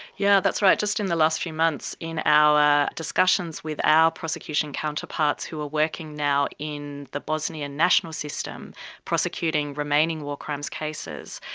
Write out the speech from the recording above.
yeah that's right, just in the last few months in our discussions with our prosecution counterparts who are working now in the bosnian national system prosecuting remaining war crimes cases,